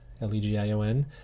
L-E-G-I-O-N